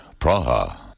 Praha